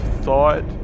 thought